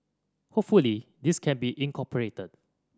hopefully this can be incorporated